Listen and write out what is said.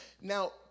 Now